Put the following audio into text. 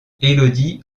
élodie